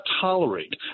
tolerate